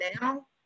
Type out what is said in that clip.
now